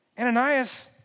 Ananias